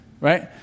right